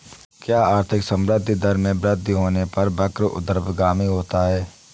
क्या आर्थिक संवृद्धि दर में वृद्धि होने पर वक्र ऊर्ध्वगामी होता है?